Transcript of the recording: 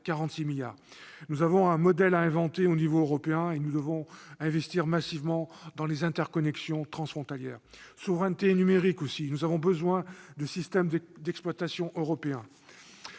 46 milliards d'euros ... Nous avons un modèle à inventer au niveau européen et nous devons investir massivement dans les interconnexions transfrontalières. La souveraineté est aussi numérique : nous avons besoin de systèmes d'exploitation européens.